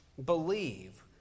believe